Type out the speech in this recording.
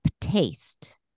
taste